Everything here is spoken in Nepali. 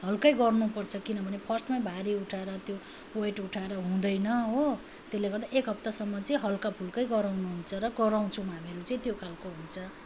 हल्कै गर्नुपर्छ किनभने फर्स्टमै भारी उठाएर त्यो वेट उठाएर हुँदैन हो त्यसले गर्दा एक हप्तासम्म चाहिँ हल्काफुल्कै गराउनु हुन्छ र गराउँछौँ हामीहरू चाहिँ त्यो खालको हुन्छ